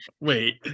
Wait